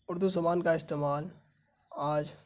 اردو زبان کا استعمال آج